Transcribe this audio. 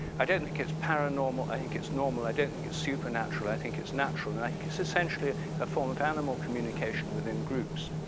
i don't think it's paranormal, i think it's normal, i don't think it's supernatural, i think it's natural and i think it's essentially a form of animal communication within groups.